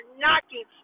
knocking